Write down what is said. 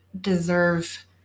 deserve